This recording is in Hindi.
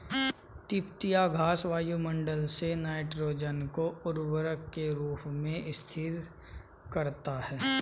तिपतिया घास वायुमंडल से नाइट्रोजन को उर्वरक के रूप में स्थिर करता है